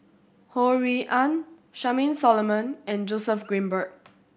Ho Rui An Charmaine Solomon and Joseph Grimberg